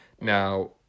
now